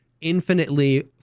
infinitely